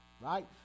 right